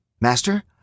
Master